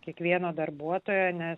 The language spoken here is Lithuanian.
kiekvieno darbuotojo nes